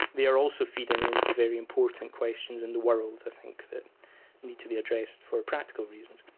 they are also feeding into very important questions in the world i think that need to be addressed for practical reasons.